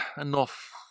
enough